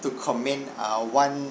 to commend uh one